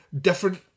different